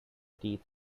teeth